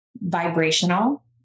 vibrational